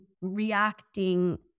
reacting